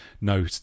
no